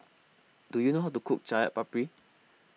do you know how to cook Chaat Papri